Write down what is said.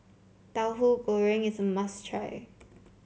Tahu Goreng is a must try